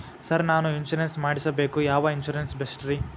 Sir ನಾನು insurance ಮಾಡಿಸಬೇಕು ಯಾವ ಇನ್ಶೂರೆನ್ಸ್ ಬೆಸ್ಟ್ರಿ?